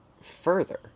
further